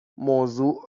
موضوع